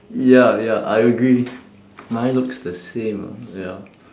ya ya I agree mine looks the same ah ya